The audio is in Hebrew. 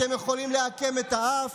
אתם יכולים לעקם את האף,